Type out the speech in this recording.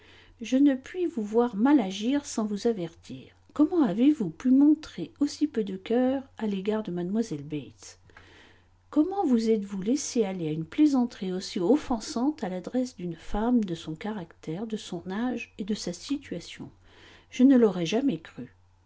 je ne puis vous voir mal agir sans vous avertir comment avez-vous pu montrer aussi peu de cœur à l'égard de mlle bates comment vous êtes-vous laissé aller à une plaisanterie aussi offensante à l'adresse d'une femme de son caractère de son âge et de sa situation je ne l'aurais jamais cru